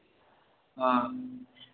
हँ